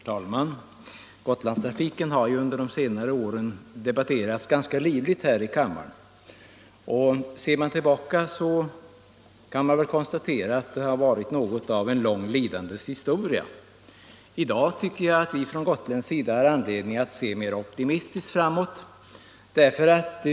Herr talman! Gotlandstrafiken har under de senare åren debatterats ganska livligt här i kammaren. Ser man tillbaka kan man väl konstatera att hela frågan har varit något av en lång lidandeshistoria. I dag tycker jag att vi från gotländsk sida har anledning att se mera optimistiskt på framtiden.